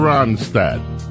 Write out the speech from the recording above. Ronstadt